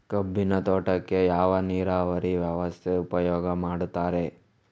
ಕಬ್ಬಿನ ತೋಟಕ್ಕೆ ಯಾವ ನೀರಾವರಿ ವ್ಯವಸ್ಥೆ ಉಪಯೋಗ ಮಾಡುತ್ತಾರೆ?